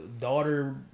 daughter